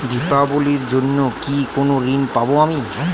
দীপাবলির জন্য কি কোনো ঋণ পাবো আমি?